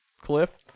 cliff